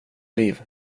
liv